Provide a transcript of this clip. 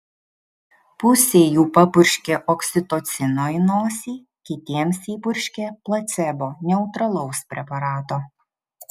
pusei jų papurškė oksitocino į nosį kitiems įpurškė placebo neutralaus preparato